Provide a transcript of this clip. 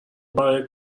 برای